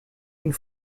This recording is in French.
une